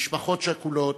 משפחות שכולות,